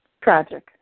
Tragic